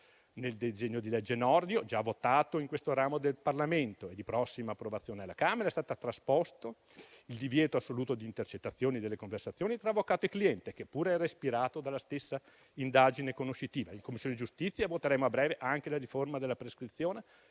Nel disegno di legge Nordio, già votato in questo ramo del Parlamento e di prossima approvazione alla Camera, è stato trasposto il divieto assoluto di intercettazioni delle conversazioni tra avvocato e cliente, che pure era stato ispirato dalla stessa indagine conoscitiva. In Commissione giustizia voteremo a breve anche la riforma della prescrizione,